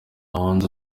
wundi